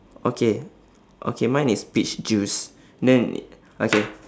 okay okay mine is peach juice then okay